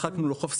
מחקנו לו חוב,